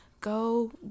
go